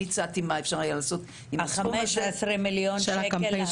אני הצעתי מה אפשר לעשות עם הסכום הזה -- 15 מיליון שקל?